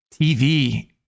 tv